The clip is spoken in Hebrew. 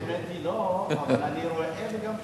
האמת היא, לא, אבל אני רואה וגם שומע.